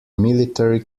military